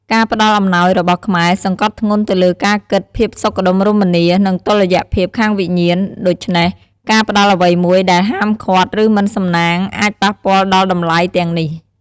ការផ្តល់អំណោយរបស់ខ្មែរសង្កត់ធ្ងន់ទៅលើការគិត ភាពសុខដុមរមនា និងតុល្យភាពខាងវិញ្ញាណ ដូច្នេះការផ្តល់អ្វីមួយដែលហាមឃាត់ ឬមិនសំណាងអាចប៉ះពាល់ដល់តម្លៃទាំងនេះ។